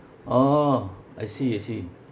orh I see I see